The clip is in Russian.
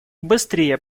быстрее